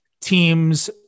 teams